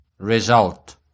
result